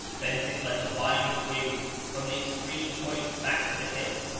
bent it like a vine-twig from the extreme point back to the hilt,